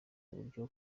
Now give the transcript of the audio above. uburyo